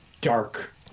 dark